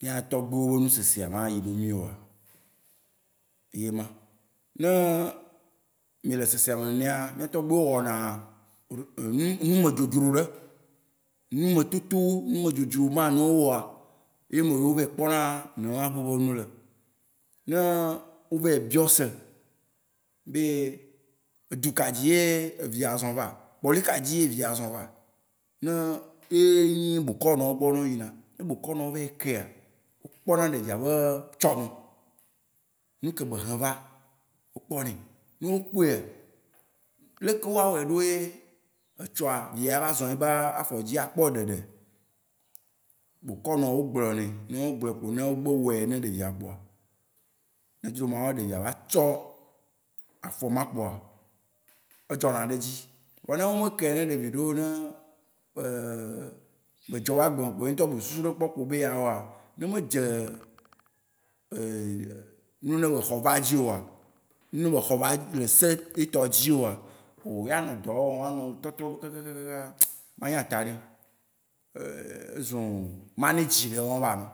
mía tɔgbuiwó be nusesea mayi ɖo mí oa, yema. Ne mí le mía tɔgbuiwó wɔna numedzrodzro ɖe. Nume toto, numedzrodzro ma yine wó wɔa, ye me ye wó vayi kpɔ na be nu le. Ne wó vayi biɔ se be edu ka dzi ye eviya zɔ̃ va? Kpɔ̃li ka dzi ye eviya zɔ̃ va? Ne- ye nyi bokɔnɔ wó gbɔ wó yina. Ne bokɔnɔ wó vayi kɛa, wó kpɔ na ɖevia be tsɔme. Nu ke be hẽ va, wó kpɔ nɛ. Ne wó kpɔɛa, leke wóa wɔe ɖo ye etsɔa, viya ava zɔ̃ ye be afɔ dzi, a kpɔ ɖeɖe? Bokɔnɔ wó gblɔ nɛ. Ne wó glɔɛ kpo, ne wó gbe wɔe ne ɖevia kpoa, ne dzro Mawua, ɖevia ava tsɔ afɔ ma kpoa, e dzɔ na ɖe edzi. Vɔ ne wó me kae ne ɖevi ɖe wó oo, ne be dzɔ va agbe kpo ye ŋutɔ bu susu ɖe kpɔ kpo be yea wɔa, ne me dze nu yine be xɔ va dzi oa,, nu yine be xɔ va le se yetɔ dzi oa, o yea nɔ dɔ wɔ vɔa anɔ tɔtrɔ kaka kakaka ma nya ta ne oo. Ezũ mamage ɖe wɔ be anɔ.